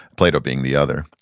plato being the other.